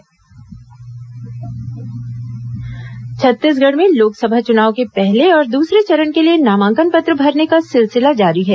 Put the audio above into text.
लोकसभा चुनाव नामांकन छत्तीसगढ़ में लोकसभा चुनाव के पहले और दूसरे चरण के लिए नामांकन पत्र भरने का सिलसिला जारी है